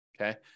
okay